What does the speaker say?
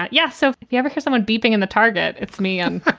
yeah. so you ever hear someone beeping in the target? it's me um